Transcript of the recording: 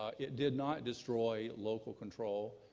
ah it did not destroy local control.